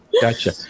gotcha